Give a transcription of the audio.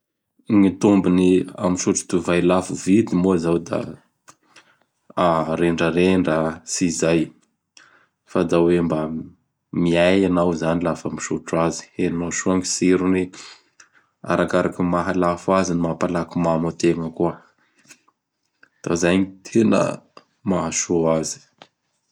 Gny tombony amin'ny misotro divay lafo vidy moa izao da ''rendrarendra"tsy izay, fa da hoe mba miay hanao izay lafa misotro azy. Henonao soa gny tsirony. Arakaraky ny mahalafo azy gny mampalaky mamo ategna koa. Da izay gny tena mahasoa azy.